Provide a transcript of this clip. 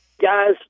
Guys